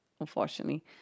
unfortunately